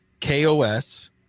kos